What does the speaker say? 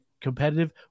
competitive